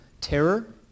terror